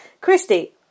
christy